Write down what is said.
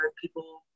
people